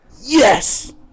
yes